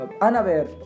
unaware